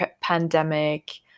pandemic